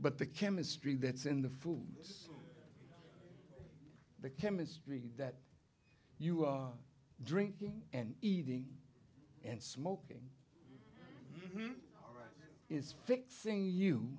but the chemistry that's in the food just the chemistry that you are drinking and eating and smoking is fixing you